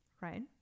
right